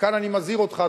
וכאן אני מזהיר אותך,